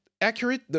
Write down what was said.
accurate